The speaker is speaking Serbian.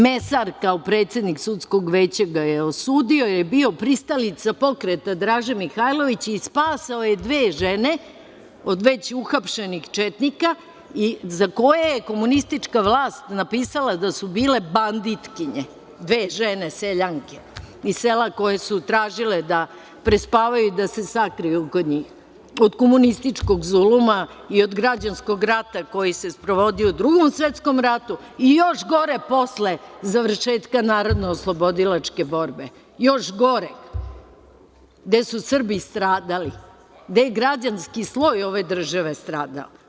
Mesar kao predsednik sudskog veća, ga je osudio da je bio pristalica pokreta Draže Mihailovića i spasao je dve žene od već uhapšenih četnika, a za koje je komunistička vlast napisala da su bile banditkinje, dve žene, seljanke iz sela, koje su tražile da prespavaju i da se sakriju od njih, od komunističkog zuluma i od građanskog rata koji se sprovodio u Drugom svetskom ratu i još gore posle završetka NOB, još gore, gde su Srbi stradali, gde je građanski sloj ove države stradao.